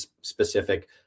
specific